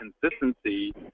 consistency